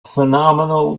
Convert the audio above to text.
phenomenal